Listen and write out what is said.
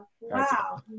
wow